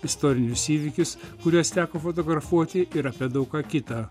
istorinius įvykius kuriuos teko fotografuoti ir apie daug ką kita